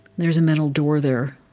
there's a metal door there.